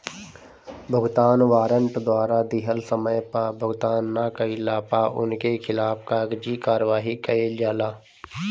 भुगतान वारंट द्वारा दिहल समय पअ भुगतान ना कइला पअ उनकी खिलाफ़ कागजी कार्यवाही कईल जाला